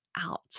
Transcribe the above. out